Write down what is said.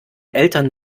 eltern